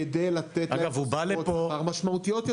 כדי לתת להם תוספות שכר משמעותיות יותר.